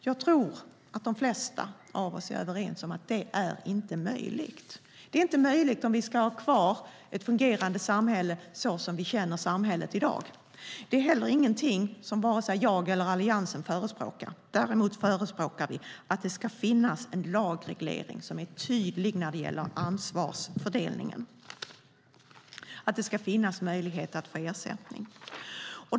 Jag tror att de flesta av oss är överens om att det inte är möjligt. Det är inte möjligt om vi ska ha kvar ett fungerande samhälle såsom vi känner samhället i dag. Det är inte heller någonting som jag eller Alliansen förespråkar. Däremot förespråkar vi att det ska finnas en lagreglering som är tydlig när det gäller ansvarsfördelningen. Det ska finnas möjlighet att få ersättning.